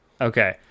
Okay